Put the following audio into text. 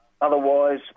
Otherwise